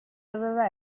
doveva